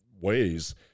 ways